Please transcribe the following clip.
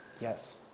Yes